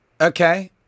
Okay